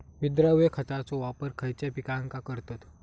विद्राव्य खताचो वापर खयच्या पिकांका करतत?